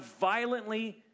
violently